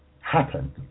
happen